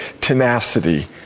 tenacity